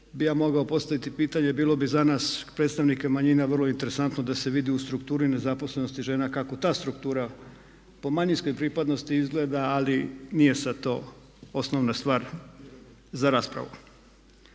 ja mogao postaviti pitanje bilo bi za nas predstavnike manjina vrlo interesantno da se vidi u strukturi nezaposlenosti žena kako ta struktura po manjinskoj pripadnosti izgleda ali nije sad to osnovna stvar za raspravu.